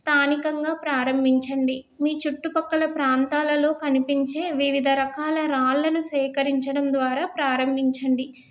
స్థానికంగా ప్రారంభించండి మీ చుట్టుపక్కల ప్రాంతాలలో కనిపించే వివిధ రకాల రాళ్ళలను సేకరించడం ద్వారా ప్రారంభించండి